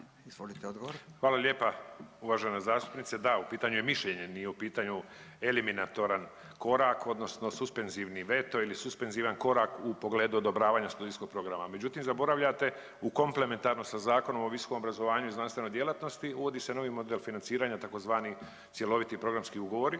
Ivica** Hvala lijepa uvažena zastupnice. Da, u pitanju je mišljenje, nije u pitanju eliminatoran korak, odnosno suspenzivni veto ili suspenzivan korak u pogledu odobravanja studijskog programa. Međutim, zaboravljate u komplementarno sa Zakonom o visokom obrazovanju i znanstvenoj djelatnosti uvodi se novi model financiranja, tzv. cjeloviti programski ugovori